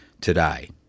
today